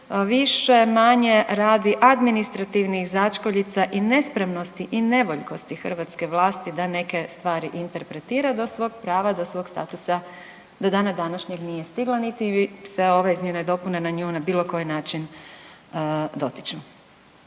više-manje radi administrativnih začkoljica i nespremnosti i nevoljkosti hrvatske vlasti da neke stvari interpretira do svog prava, do svog statusa do dana današnjeg nije stigla niti se ove izmjene i dopune na nju na bilo koji način dotiču.